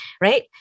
Right